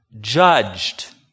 judged